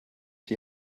die